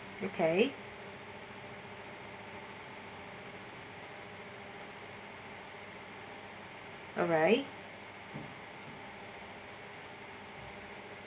okay alright